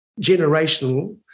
generational